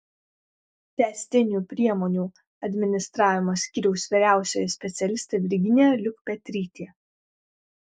tęstinių priemonių administravimo skyriaus vyriausioji specialistė virginija liukpetrytė